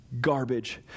Garbage